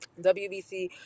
WBC